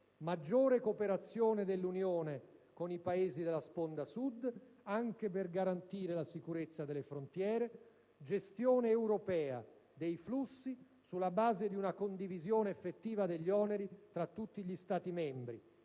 maggiore cooperazione dell'Unione con i Paesi della sponda Sud, anche per garantire la sicurezza delle frontiere; gestione europea dei flussi sulla base di una condivisione effettiva degli oneri tra tutti gli Stati membri;